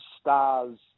stars